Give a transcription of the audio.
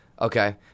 Okay